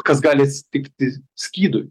kas gali atsitikti skydui